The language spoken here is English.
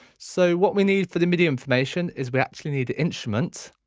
so what we need for the midi information is we actually need an instrument.